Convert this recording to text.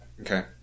Okay